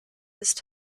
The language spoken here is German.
ist